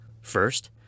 First